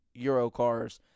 Eurocars